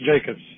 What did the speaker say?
Jacobs